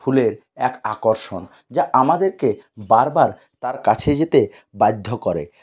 ফুলের এক আকর্ষণ যা আমাদেরকে বারবার তার কাছে যেতে বাধ্য করে